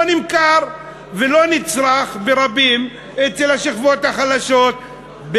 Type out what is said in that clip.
נמכר ולא נצרך בידי רבים מהשכבות החלשות,